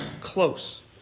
close